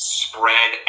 spread